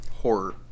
horror